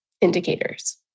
indicators